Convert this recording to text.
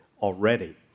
already